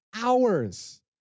hours